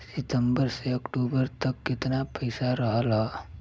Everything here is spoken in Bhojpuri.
सितंबर से अक्टूबर तक कितना पैसा रहल ह?